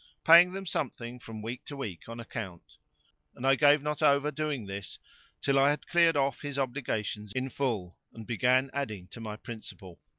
paying them something from week to week on account and i gave not over doing this till i had cleared off his obligations in full and began adding to my principal.